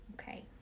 Okay